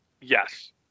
Yes